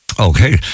Okay